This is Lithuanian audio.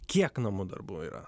kiek namų darbų yra